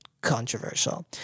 controversial